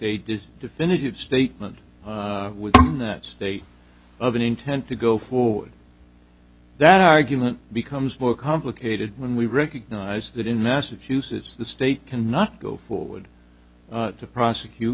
a definitive statement in that state of an intent to go forward that argument becomes more complicated when we recognize that in massachusetts the state cannot go forward to prosecute